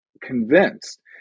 convinced